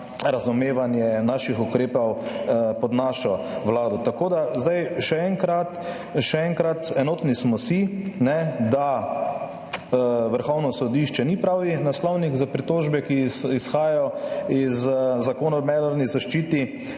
razumevanje naših ukrepov pod našo vlado. Še enkrat, enotni smo si, da Vrhovno sodišče ni pravi naslovnik za pritožbe, ki izhajajo iz Zakona o mednarodni zaščiti,